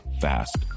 fast